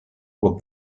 would